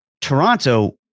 Toronto